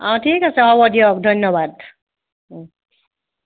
অঁ ঠিক আছে হ'ব দিয়ক ধন্যবাদ